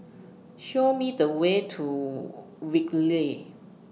Show Me The Way to Whitley